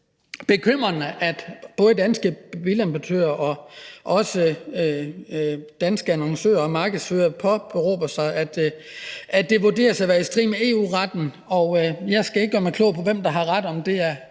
bekymrende, at både De Danske Bilimportører og Danske Annoncører og Markedsførere påberåber sig, at det vurderes at være i strid med EU-retten. Jeg skal ikke gøre mig klog på, hvem der har ret, om det er